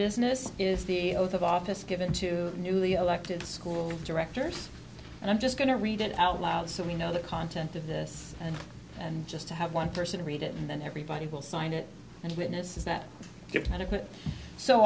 business is the oath of office given to newly elected school directors and i'm just going to read it out loud so we know the content of this and and just to have one person read it and then everybody will sign it and witnesses that give the t